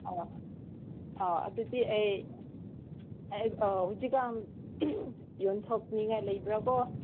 ꯑꯥꯎ ꯑꯥ ꯑꯗꯨꯗꯤ ꯑꯩ ꯍꯧꯖꯤꯛꯀꯥꯟ ꯌꯣꯟꯊꯣꯛꯅꯤꯡꯉꯥꯏ ꯂꯩꯕ꯭ꯔꯥ ꯀꯣ